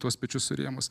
tuos pečius surėmus